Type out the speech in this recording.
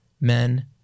men